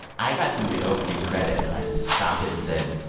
i got through the opening credits and i just stopped it and said,